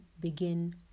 begin